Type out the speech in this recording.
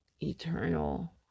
eternal